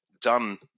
done